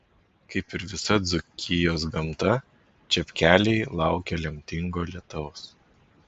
kaip ir visa dzūkijos gamta čepkeliai laukia lemtingo lietaus